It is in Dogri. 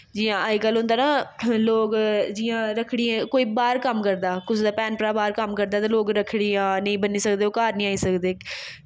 जियां अज्ज कल होंदा ना लोग जियां रक्खड़ियें कोई बाह्र कम्म करदा कुसै दा भैन भ्राऽ कम्म करदा ते लोग रक्खड़ियां नेईं बन्नी सकदे ओह् घर नेईं आई सकदे